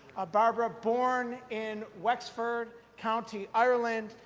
ah barbara, born in wexford county ireland,